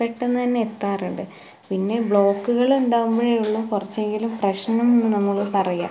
പെട്ടെന്ന് തന്നെ എത്താറുണ്ട് പിന്നെ ബ്ലോക്കുകള് ഉണ്ടാവുമ്പോഴേ ഉള്ളു കുറച്ചെങ്കിലും പ്രശ്നം എന്ന് നമ്മള് പറയുക